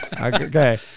Okay